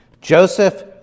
Joseph